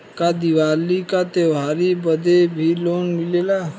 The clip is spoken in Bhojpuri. का दिवाली का त्योहारी बदे भी लोन मिलेला?